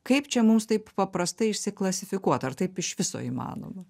kaip čia mums taip paprastai išsiklasifikuot ar taip iš viso įmanoma